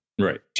Right